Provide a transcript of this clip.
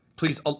Please